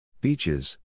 Beaches